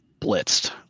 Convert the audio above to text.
blitzed